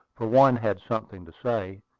for one had something to say,